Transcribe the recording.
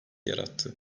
yarattı